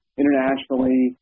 internationally